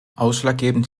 ausschlaggebend